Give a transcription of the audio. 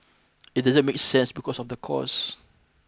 it doesn't make sense because of the cost